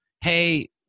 hey